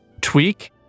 Tweak